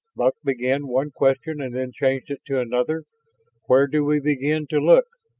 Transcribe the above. buck began one question and then changed it to another where do we begin to look?